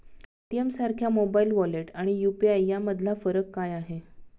पेटीएमसारख्या mobile wallet आणि UPI यामधला फरक काय आहे?